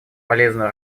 полезную